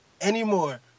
anymore